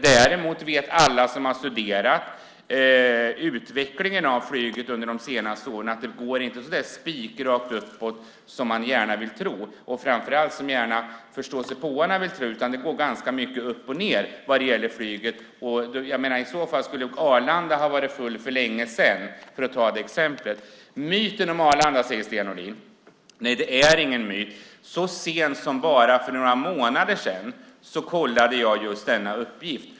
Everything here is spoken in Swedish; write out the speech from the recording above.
Däremot vet alla som har studerat utvecklingen av flyget under de senaste åren att det inte går så spikrakt uppåt som man gärna vill tro, och framför allt som förståsigpåarna gärna vill tro. Det går ganska mycket upp och ned vad gäller flyget. Arlanda skulle i så fall ha varit fullt för länge sedan, för att ta det exemplet. Sten Nordin säger att det finns en myt om Arlanda. Nej, det är ingen myt. Så sent som bara för några månader sedan kollade jag denna uppgift.